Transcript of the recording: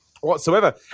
whatsoever